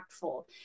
impactful